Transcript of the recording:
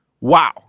Wow